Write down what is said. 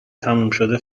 تمومشده